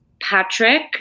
Patrick